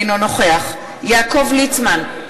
אינו נוכח יעקב ליצמן,